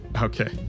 Okay